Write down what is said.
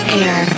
air